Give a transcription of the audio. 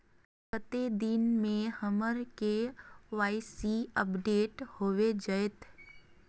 कते दिन में हमर के.वाई.सी अपडेट होबे जयते?